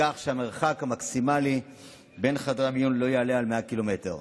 וכך שהמרחק המקסימלי בין חדרי המיון לא יעלה על 100 קילומטר.